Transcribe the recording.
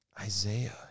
Isaiah